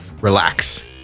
relax